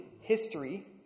history